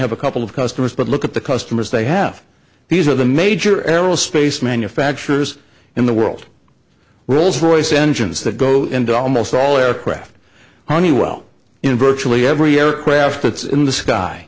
have a couple of customers but look at the customers they have these are the major aerospace manufacturers in the world rolls royce engines that go into almost all aircraft honeywell in virtually every aircraft that's in the sky